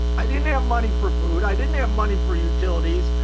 i didn't have money for food, i didn't have money for utilities.